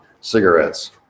cigarettes